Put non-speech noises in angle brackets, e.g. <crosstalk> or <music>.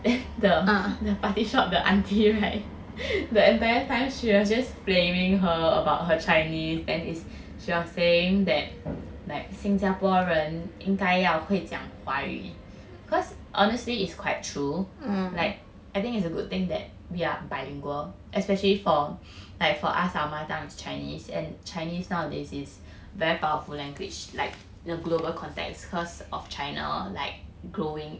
then <laughs> the the party shop the auntie right <laughs> the entire time she was just blaming her about her chinese then she was like saying that like 新加坡人应该会讲华语 cause honestly is quite true like I think it's a good thing that we are bilingual especially for <breath> like for us lah our mother tongue is chinese and chinese nowadays is very powerful language like the global context cause of china like growing